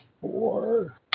four